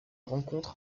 rencontre